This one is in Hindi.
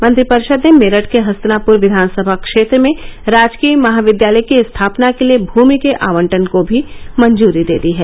मंत्रिपरिषद ने मेरठ के हस्तिनापुर विधान सभा क्षेत्र में राजकीय महाविद्यालय की स्थापना के लिए भूमि के आवंटन को भी मंजुरी दे दी है